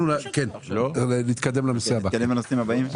אנחנו נתקדם לנושא הבא.